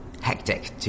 hectic